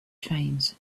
trains